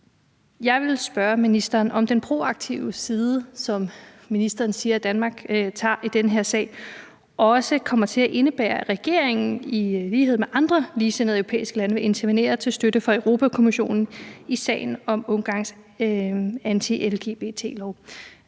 Jeg vil spørge ministeren, om den proaktive side, som ministeren siger Danmark tager i den her sag, også kommer til at indebære, at regeringen i lighed med andre ligesindede europæiske lande vil intervenere til støtte for Europa-Kommissionen i sagen om Ungarns anti-lgbt-lov.